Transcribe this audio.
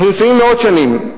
אנחנו נמצאים מאות שנים.